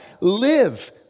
live